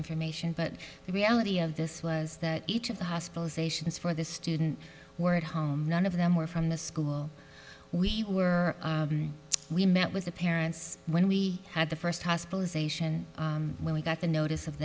information but the reality of this was that each of the hospitalizations for the student were at home none of them were from the school we were we met with the parents when we had the first hospitalization when we got the notice of